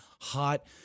hot